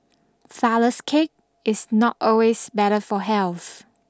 flourless cake is not always better for health